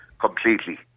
completely